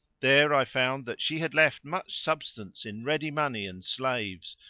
there i found that she had left much substance in ready money and slaves,